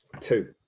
Two